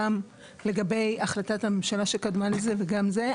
גם לגבי החלטת הממשלה שקדמה לזה וגם זה,